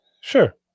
Sure